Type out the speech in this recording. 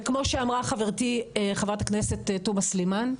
וכמו שאמרה חברתי חברת הכנסת תומא סלימאן,